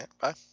Bye